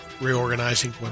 reorganizing